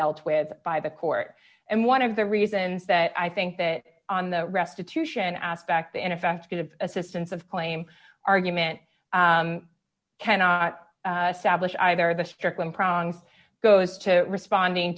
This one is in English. dealt with by the court and one of the reasons that i think that on the restitution aspect and effective assistance of claim argument cannot stablish either the strickland prongs goes to responding